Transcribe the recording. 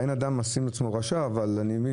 אין אדם משים עצמו רשע אבל אני מבין